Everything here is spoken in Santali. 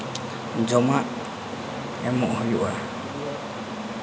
ᱡᱚᱢᱟᱜ ᱮᱢᱚᱜ ᱦᱩᱭᱩᱜᱼᱟ